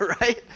right